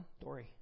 Dory